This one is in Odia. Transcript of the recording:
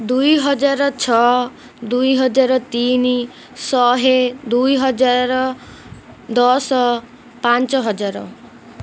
ଦୁଇହଜାର ଛଅ ଦୁଇହଜାର ତିନି ଶହେ ଦୁଇହଜାର ଦଶ ପାଞ୍ଚ ହଜାର